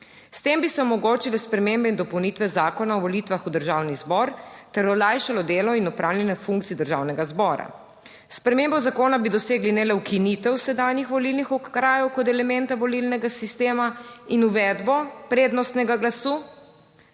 S tem bi se omogočile spremembe in dopolnitve Zakona o volitvah v Državni zbor ter olajšalo delo in opravljanje funkcij Državnega zbora. spremembo zakona bi dosegli ne le ukinitev sedanjih volilnih okrajev kot elementa volilnega sistema in uvedbo prednostnega glasu,